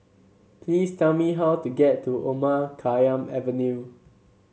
please tell me how to get to Omar Khayyam Avenue